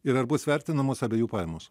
ir ar bus vertinamos abiejų pajamos